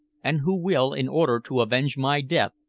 and who will, in order to avenge my death,